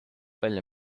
välja